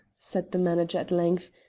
said the manager at length,